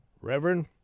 Reverend